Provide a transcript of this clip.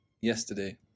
yesterday